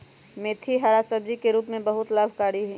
मेथी हरा सब्जी के रूप में बहुत लाभकारी हई